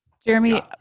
Jeremy